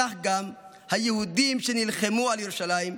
כך גם היהודים שנלחמו על ירושלים,